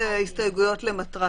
ההסתייגות לא התקבלה.